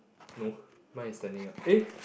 no mine is standing up eh